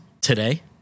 Today